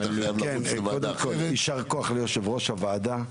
כי אתה חייב לרוץ לוועדה אחרת.